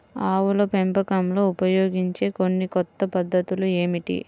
ఆవుల పెంపకంలో ఉపయోగించే కొన్ని కొత్త పద్ధతులు ఏమిటీ?